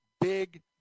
big